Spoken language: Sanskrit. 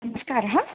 नमस्कारः